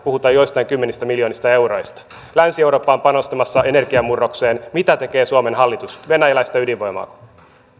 puhutaan joistain kymmenistä miljoonista euroista länsi eurooppa on panostamassa energiamurrokseen mitä tekee suomen hallitus venäläistä ydinvoimaa